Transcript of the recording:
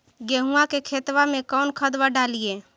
गेहुआ के खेतवा में कौन खदबा डालिए?